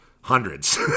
hundreds